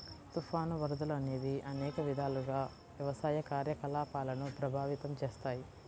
తుఫాను, వరదలు అనేవి అనేక విధాలుగా వ్యవసాయ కార్యకలాపాలను ప్రభావితం చేస్తాయి